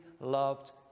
loved